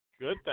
Good